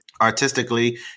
Artistically